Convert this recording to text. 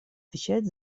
отвечать